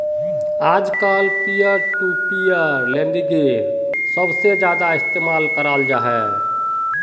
आजकल peer to peer लेंडिंगेर सबसे ज्यादा इस्तेमाल कराल जाहा